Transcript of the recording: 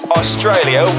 australia